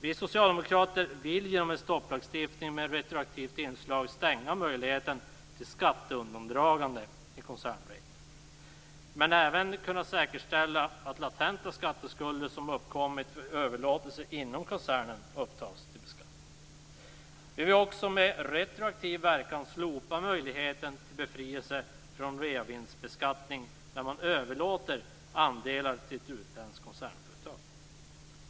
Vi socialdemokrater vill genom en stopplagstiftning med ett retroaktivt inslag stänga möjligheten till skatteundandragande i koncernregeln och även kunna säkerställa att latenta skatteskulder, som uppkommit vid överlåtelser inom koncerner, upptas till beskattning. Vi vill också med retroaktiv verkan slopa möjligheten till befrielse från reavinstbeskattning när man överlåter andelar till ett utländskt koncernföretag.